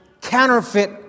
counterfeit